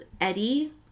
Eddie